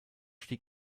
stieg